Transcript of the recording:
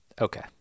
Okay